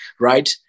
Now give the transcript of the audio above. right